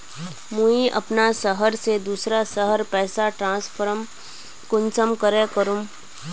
मुई अपना शहर से दूसरा शहर पैसा ट्रांसफर कुंसम करे करूम?